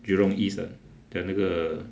jurong east 的那个